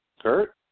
Kurt